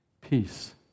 peace